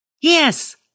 Yes